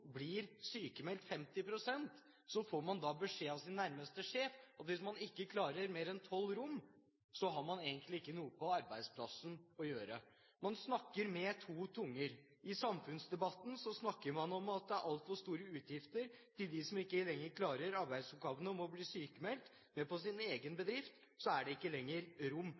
får man beskjed av sin nærmeste sjef om at hvis man ikke klarer mer enn 12 rom, har man egentlig ikke noe på arbeidsplassen å gjøre. Man snakker med to tunger. I samfunnsdebatten snakker man om at det er altfor store utgifter til dem som ikke lenger klarer arbeidsoppgavene og må bli sykmeldt, men i deres egne bedrifter er det ikke lenger rom